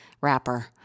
rapper